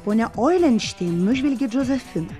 ponia oilenštein nužvelgė džozefiną